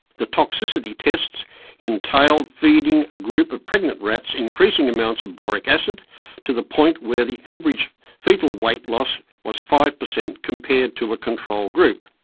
the toxicity tests entailed feeding a group of pregnant rats increasing amounts of boric acid to the point where the average foetal weight loss was five percent compared to a control group.